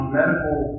medical